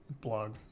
blog